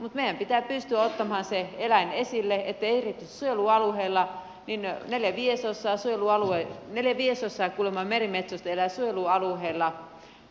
mutta meidän pitää pystyä ottamaan se eläin esille etteivät ne erityisesti suojelualueilla kuulemma neljä viidesosaa merimetsoista elää suojelualueilla